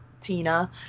Tina